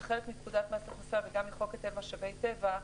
זה חלק מפקודת מס הכנסה וגם מחוק היטל משאבי טבע.